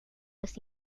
los